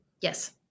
Yes